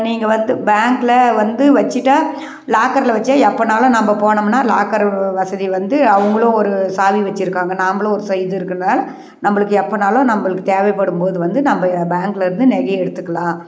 நீங்கள் வந்து பேங்கில் வந்து வச்சுட்டா லாக்கரில் வச்சால் எப்போனாலும் நம்ம போனோம்ன்னா லாக்கரு வசதி வந்து அவங்களும் ஒரு சாவி வச்சுருக்காங்க நாம்மளும் ஒரு ஸ் இது இருக்குதுனால் நம்மளுக்கு எப்போனாலும் நம்மளுக்கு தேவைப்படும் போது வந்து நம்ம பேங்க்லேருந்து நகையை எடுத்துக்கலாம்